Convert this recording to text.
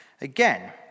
Again